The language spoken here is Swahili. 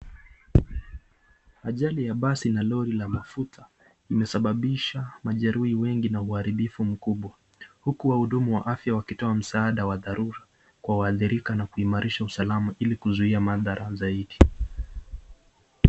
Ajali ya basi na lori la mafuta imesababisha majeruhi wengi na uharibifu mkubwa. Huku wahudumu wa afya wakitoa msaada wa dharura kwa waathirika na kuimarisha usalama ili kuzuia madhara zaidi.